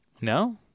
No